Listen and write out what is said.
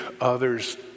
others